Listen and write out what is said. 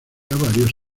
varios